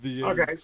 Okay